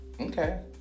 okay